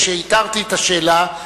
כשהתרתי את השאלה,